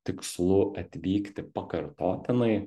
tikslu atvykti pakartotinai